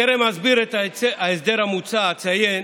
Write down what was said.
בטרם אסביר את ההסדר המוצע אציין